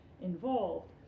involved